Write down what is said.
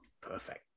Perfect